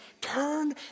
turn